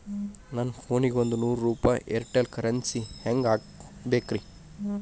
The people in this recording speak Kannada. ನನ್ನ ಫೋನಿಗೆ ಒಂದ್ ನೂರು ರೂಪಾಯಿ ಏರ್ಟೆಲ್ ಕರೆನ್ಸಿ ಹೆಂಗ್ ಹಾಕಿಸ್ಬೇಕ್ರಿ?